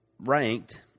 ranked